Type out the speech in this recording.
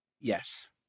Yes